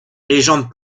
légende